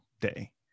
day